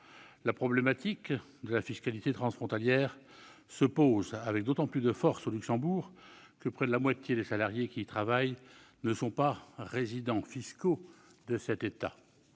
La problématique de la fiscalité transfrontalière se pose avec d'autant plus de force au Luxembourg que près de la moitié des salariés qui y travaillent ne sont pas résidents fiscaux de cet État.